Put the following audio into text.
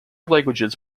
languages